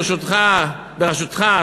בראשותך,